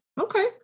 Okay